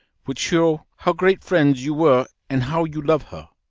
which show how great friends you were and how you love her.